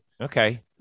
Okay